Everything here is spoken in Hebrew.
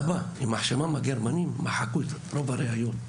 אבא, יימח שמם הגרמנים, מחקו את רוב הראיות,